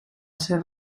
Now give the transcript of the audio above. ser